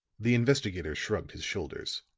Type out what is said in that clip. the investigator shrugged his shoulders.